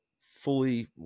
fully